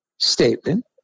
statement